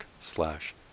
slash